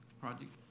project